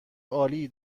عالی